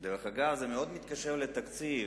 דרך אגב, זה מאוד מתקשר לתקציב.